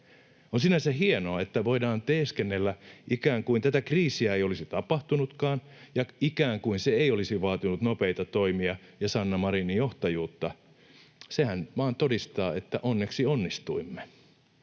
On sinänsä hienoa, että voidaan teeskennellä ikään kuin tätä kriisiä ei olisi tapahtunutkaan ja ikään kuin se ei olisi vaatinut nopeita toimia ja Sanna Marinin johtajuutta. Sehän vain todistaa, että onneksi onnistuimme.